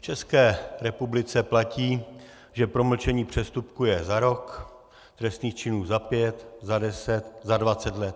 V České republice platí, že promlčení přestupku je za rok, trestných činů za pět, za deset, za dvacet let.